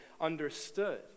understood